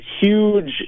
huge